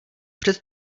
před